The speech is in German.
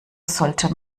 sollte